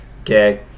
okay